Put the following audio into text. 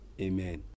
amen